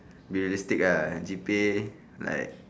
be realistic ah G_P_A like